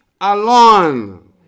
alone